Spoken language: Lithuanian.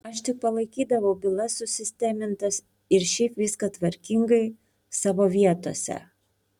aš tik palaikydavau bylas susistemintas ir šiaip viską tvarkingai savo vietose